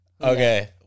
Okay